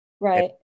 Right